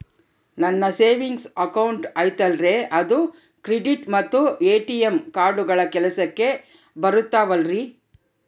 ನನ್ನ savings account ಐತಲ್ರೇ ಅದು ಕ್ರೆಡಿಟ್ ಮತ್ತ ಎ.ಟಿ.ಎಂ ಕಾರ್ಡುಗಳು ಕೆಲಸಕ್ಕೆ ಬರುತ್ತಾವಲ್ರಿ?